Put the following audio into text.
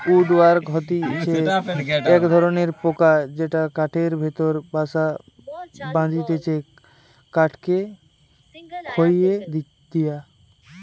would worm হতিছে এক ধরণের পোকা যেটি কাঠের ভেতরে বাসা বাঁধটিছে কাঠকে খইয়ে দিয়া